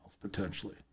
potentially